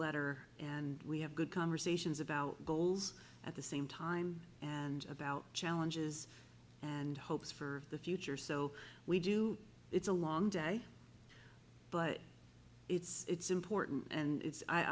letter and we have good conversations about goals at the same time and about challenges and hopes for the future so we do it's a long day but it's important and i